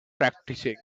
practicing